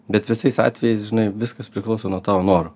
bet visais atvejais žinai viskas priklauso nuo tavo norų